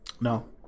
No